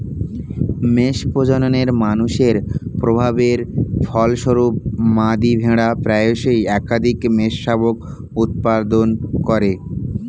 মেষ প্রজননে মানুষের প্রভাবের ফলস্বরূপ, মাদী ভেড়া প্রায়শই একাধিক মেষশাবক উৎপাদন করে